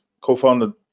co-founded